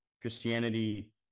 Christianity